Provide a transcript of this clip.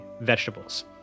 vegetables